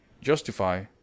justify